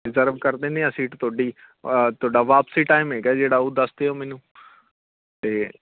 reserve ਕਰ ਦਿੰਦੇ ਹਾਂ ਸੀਟ ਤੁਹਾਡੀ ਤੁਹਾਡਾ ਵਾਪਸੀ ਟੈਮ ਹੈਗਾ ਜਿਹੜਾ ਉਹ ਦੱਸ ਦਿਓ ਮੈਨੂੰ ਅਤੇ